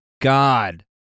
God